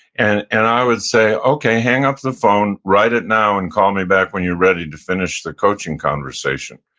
and and i would say, okay, hang up the phone, write it now, and call me back when you're ready to finish the coaching conversation.